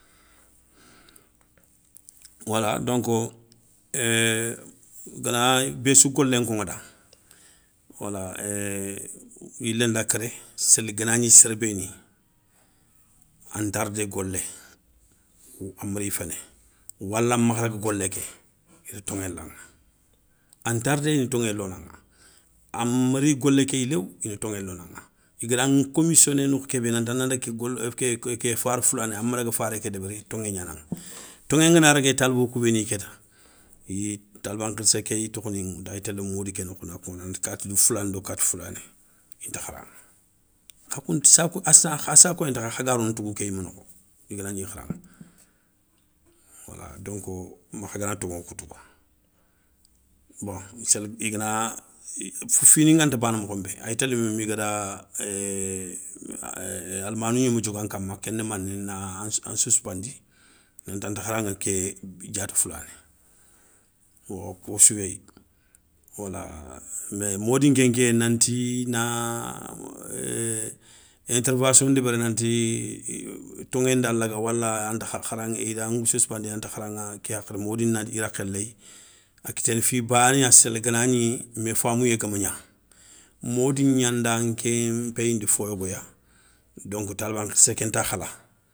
Wala donko éé gana bé sou golé nkoŋada, wala éé yilé nda kéré séli ganagni séré béni, an tardé golé, ama ri féné wala makha daga golé ké, i da toŋé laŋa, an tardé ina toŋé lonaŋa, amari golé kéy low ina toŋé lonaŋa. Igara ncomissioné nokhou kébé nanta nandaga golé ké faré foulané ama daga faré ké débéri toŋé gna naŋa. Toŋé ngana régué talibo kou béni kéta iy taliban khirssé ké ya téli ayi tokhoni ŋoutou ay télé modi nokhou na koŋada nanti kati foulani do kati foulané inta kharaŋa. Kha kounta sakou a sakoyé nta khay khaga rono tougou ké yimé nokho i ganagni kharaŋa. Donko ma khagana toŋo kou touga bon séli, igana i fini nganta baana mokhonbé ay télé migada ééé almanou gnimé diogan kamma kéni mané na an suspendi. Nantata kharaŋa ké diaté foulani yo koussou yéyi wala mais modi nkénké nanti na ééé intervention ndébéri nanti, toŋé nda laga wala, anta kharaŋé idan suspendé anta kharaŋa ké hakhati modi na i rakhé léyi, a kiténé fi banéya séli ganagni mé famouyé gama gna. Modi gnanda nké npéyindi fo yogoya donk taliba nkhirssé kenta khala.